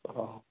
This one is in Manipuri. ꯑꯣ